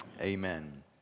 Amen